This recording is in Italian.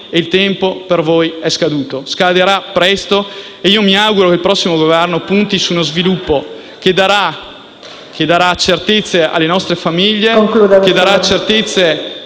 Il tempo per voi è scaduto - o scadrà presto - e mi auguro che il prossimo Governo punti su uno sviluppo che dia certezze alle nostre famiglie, e certezza